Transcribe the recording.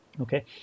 Okay